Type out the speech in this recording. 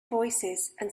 voicesand